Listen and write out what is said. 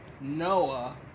Noah